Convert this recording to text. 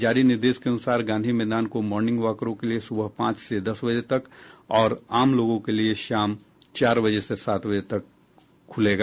जारी निर्देश के अनुसार गांधी मैदान को मॉर्निंग वॉकरों के लिए सुबह पांच से दस बजे तक और आम लोगों के लिए शाम चार बजे से सात तक खुलेगा